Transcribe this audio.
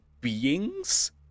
beings